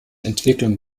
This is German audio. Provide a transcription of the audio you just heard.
entwicklung